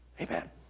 Amen